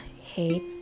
hate